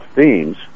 themes